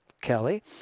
Kelly